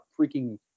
freaking